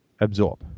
absorb